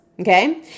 okay